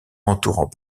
entourant